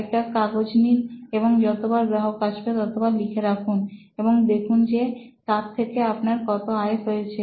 একটা কাগজ নিন এবং যতবার গ্রাহক আসবে ততবার লিখে রাখুন এবং দেখুন যে তার থেকে আপনার কত আয় হয়েছে